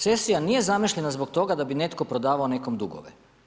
Cesija nije zamišljena zbog toga da bi netko prodavao nekom dugove.